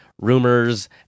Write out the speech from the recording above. rumors